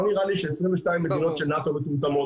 נראה לי ש-22 מדינות של נאט"ו מטומטמות,